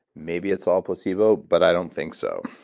maybe it's all placebo, but i don't think so.